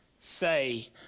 say